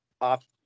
off